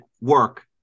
work